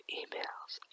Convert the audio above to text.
emails